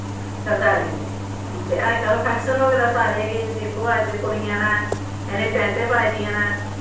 सरदारें दी ते अजकल्ल फैशन होए दा सारे गै दिक्खो अज्ज कुड़ियां न इ'नें पैंटां पाई दियां न